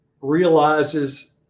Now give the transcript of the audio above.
realizes